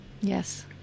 Yes